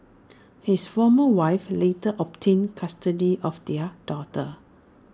his former wife later obtained custody of their daughter